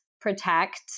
protect